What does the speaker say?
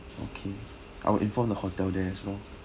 okay I will inform the hotel there as well